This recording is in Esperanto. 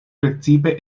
precipe